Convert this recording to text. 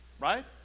right